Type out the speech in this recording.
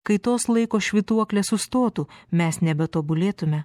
kaitos laiko švytuoklė sustotų mes nebetobulėtume